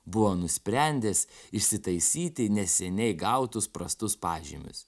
buvo nusprendęs išsitaisyti neseniai gautus prastus pažymius